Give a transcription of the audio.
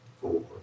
Four